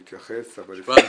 להתייחס --- משפט.